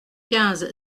quinze